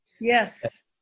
Yes